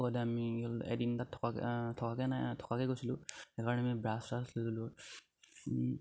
হ'ল এদিন তাত থকাকে থকাকে নাই থকাকে গৈছিলোঁ সেইকাৰণে আমি ব্ৰাছ শ্ৰাছ ল'লোঁ